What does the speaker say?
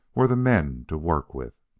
were the men to work with.